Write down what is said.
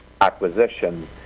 acquisition